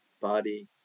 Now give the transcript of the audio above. body